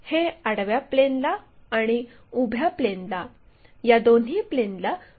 हे आडव्या प्लेनला आणि उभ्या प्लेनला या दोन्ही प्लेनला परपेंडीक्युलर असतात